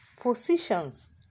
positions